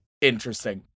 interesting